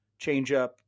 changeup